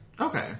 Okay